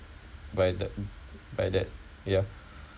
by the by that ya